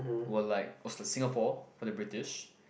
were like was like Singapore for the British